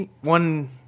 one